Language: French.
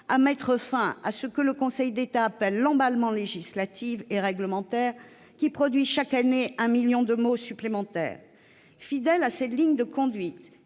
à mettre fin à ce qu'il appelle « l'emballement législatif et réglementaire », qui produit chaque année un million de mots supplémentaires. Fidèles à cette ligne de conduite,